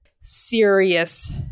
serious